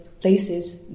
places